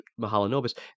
Mahalanobis